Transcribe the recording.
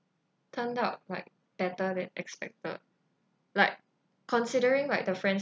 turned out like better than expected like considering like the friends